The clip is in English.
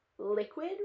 liquid